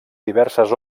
diverses